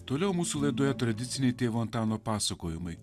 toliau mūsų laidoje tradiciniai tėvo antano pasakojimai